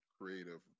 creative